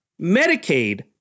Medicaid